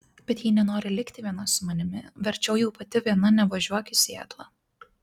bet jei nenori likti viena su manimi verčiau jau pati viena nevažiuok į sietlą